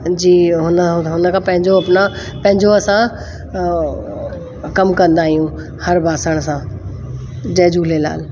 जी हुन हुन पंहिंजो अपना पंहिंजो असां कमु कंदा आहियूं हर बासण सां जय झूलेलाल